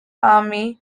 army